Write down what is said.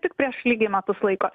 tik prieš lygiai metus laiko